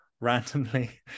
randomly